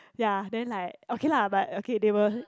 ya then like okay lah but okay they were